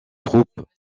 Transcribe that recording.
troupes